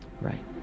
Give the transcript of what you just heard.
right